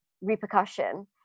repercussion